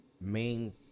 main